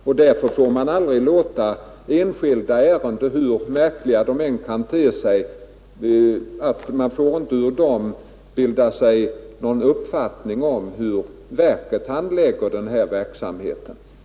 Och därför kan man heller aldrig av enstaka ärenden, hur märkliga de än kan te sig, få någon uppfattning om hur verket sköter denna verksamhet.